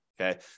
okay